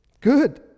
Good